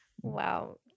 Wow